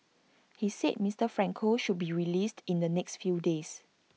he said Mister Franco should be released in the next few days